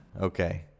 okay